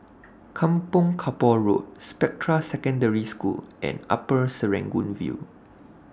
Kampong Kapor Road Spectra Secondary School and Upper Serangoon View